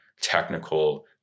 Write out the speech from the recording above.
technical